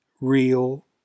real